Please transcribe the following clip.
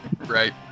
Right